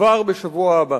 כבר בשבוע הבא.